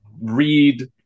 read